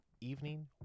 evening